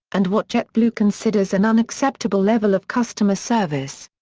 and what jetblue considers an unacceptable level of customer service.